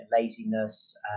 laziness